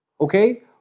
okay